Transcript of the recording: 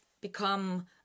become